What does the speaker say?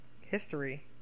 history